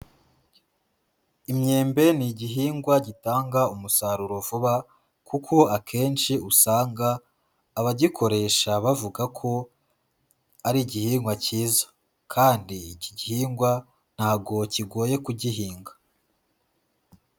Imyembe ni igihingwa gitanga umusaruro vuba kuko akenshi usanga abagikoresha bavuga ko ari igihingwa kiza. Kandi iki gihingwa ntabwo kigoye kugihinga.